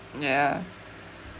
ya